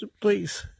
please